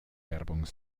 werbung